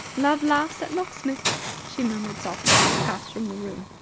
love laughs at locksmiths, she murmured softly, and passed from the room.